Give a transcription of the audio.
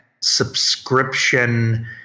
subscription